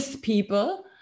people